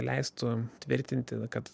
leistų tvirtinti kad